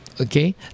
Okay